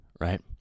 right